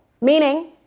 meaning